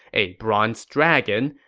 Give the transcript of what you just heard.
a bronze dragon,